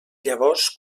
llavors